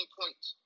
points